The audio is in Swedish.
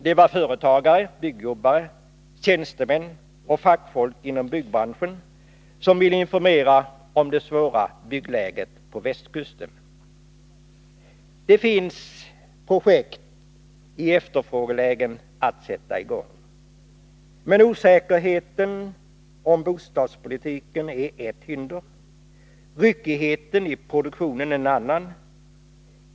Det var företagare, byggjobbare, tjänstemän och fackfolk inom byggbranschen som ville informera om det svåra läget på västkusten. Det finns projekt att sätta i gång i efterfrågelägen. Men osäkerheten om bostadspolitiken är ett hinder, ryckigheten i produktionen ett annat.